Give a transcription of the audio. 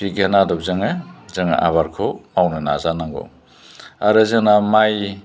बिगियान आदबजोंनो जोङो आबाद मावनो नाजानांगौ आरो जोंना माइ